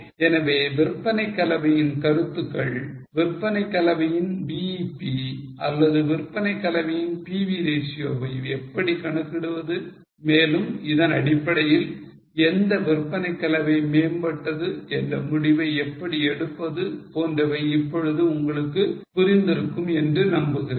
எனவே விற்பனை கலவையின் கருத்துக்கள் விற்பனை கலவையின் BEP அல்லது விற்பனை கலவையின் PV ratio வை எப்படி கணக்கிடுவது மேலும் இதனடிப்படையில் எந்த விற்பனை கலவை மேம்பட்டது என்ற முடிவை எப்படி எடுப்பது போன்றவை இப்பொழுது உங்களுக்கு புரிந்திருக்கும் என்று நம்புகிறேன்